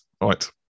right